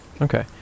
okay